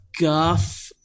guff